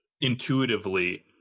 intuitively